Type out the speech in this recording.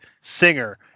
Singer